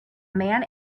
man